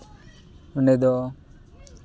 ᱚᱸᱰᱮ ᱫᱚ